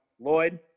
Lloyd